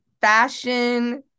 fashion